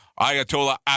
Ayatollah